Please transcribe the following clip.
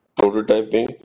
prototyping